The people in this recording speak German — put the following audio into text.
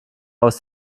aus